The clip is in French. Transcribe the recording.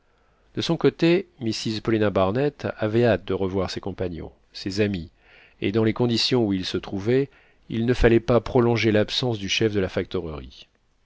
de son côté mrs paulina barnett avait hâte de revoir ses compagnons ses amis et dans les conditions où ils se trouvaient il ne fallait pas prolonger l'absence du chef de la